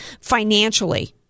financially